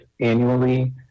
annually